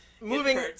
Moving